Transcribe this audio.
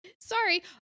sorry